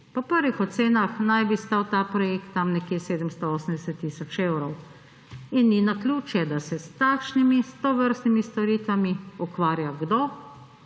Po prvi ocenah naj bi stal ta projekt tam nekje 780 tisoč evrov in ni naključje, da se s takšnimi, s tovrstnimi storitvami ukvarja – kdo?